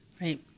right